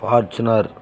Fortuner